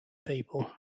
people